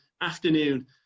afternoon